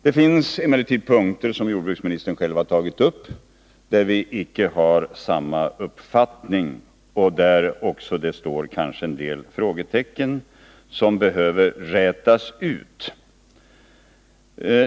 Det finns emellertid punkter, som jordbruksministern själv tagit upp, där vi inte har samma uppfattning och där det kanske också finns en del frågetecken som behöver rätas ut.